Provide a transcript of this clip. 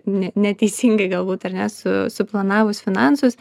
ne neteisingai galbūt ar ne su suplanavus finansus